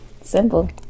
Simple